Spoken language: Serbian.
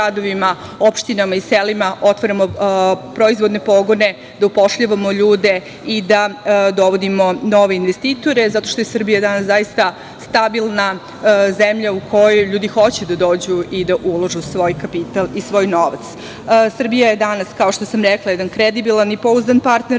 opštinama i selima otvaramo proizvodne pogone, da upošljavamo ljude i da dovodimo nove investitore, zato što je Srbija danas stabilna zemlja u koju ljudi hoće da dođu i da ulažu svoj kapital i svoj novac. Srbije je danas, kao što sam rekla, jedna kredibilan i pouzdan partner